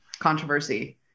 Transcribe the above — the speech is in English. controversy